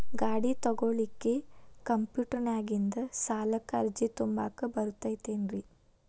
ಗಾಡಿ ತೊಗೋಳಿಕ್ಕೆ ಕಂಪ್ಯೂಟೆರ್ನ್ಯಾಗಿಂದ ಸಾಲಕ್ಕ್ ಅರ್ಜಿ ತುಂಬಾಕ ಬರತೈತೇನ್ರೇ?